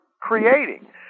creating